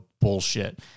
bullshit